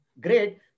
great